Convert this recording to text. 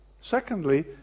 Secondly